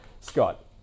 Scott